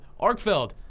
Arkfeld